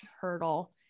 hurdle